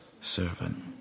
servant